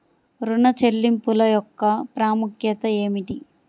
ఋణ చెల్లింపుల యొక్క ప్రాముఖ్యత ఏమిటీ?